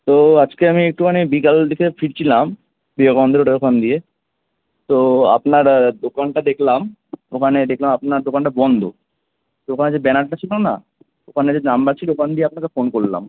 তো আজকে আমি একটুখানি বিকেল দিকে ফিরছিলাম বিবেকানন্দ রোডের ওখান দিয়ে তো আপনার দোকানটা দেখলাম ওখানে দেখলাম আপনার দোকানটা বন্ধ তো সেখানে যে ব্যানারটা ছিলো না ওখানে যে নম্বর ছিলো ওখান দিয়ে আপনাকে ফোন করলাম